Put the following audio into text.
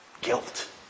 Guilt